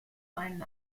einen